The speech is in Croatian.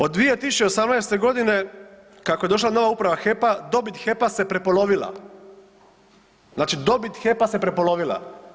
Od 2018.g. kako je došla nova uprava HEP-a dobit HEP-a se prepolovila, znači dobit HEP-a se prepolovila.